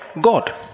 God